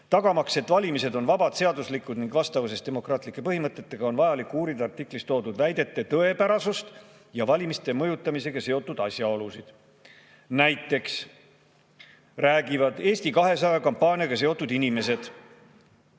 Tagamaks, et valimised on vabad, seaduslikud ning vastavuses demokraatlike põhimõtetega, on vajalik uurida artiklis toodud väidete tõepärasust ja valimiste mõjutamisega seotud asjaolusid. Näiteks räägivad Eesti 200 kampaaniaga seotud inimesed